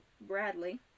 Bradley